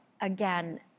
again